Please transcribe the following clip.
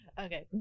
Okay